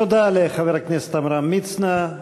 תודה לחבר הכנסת עמרם מצנע.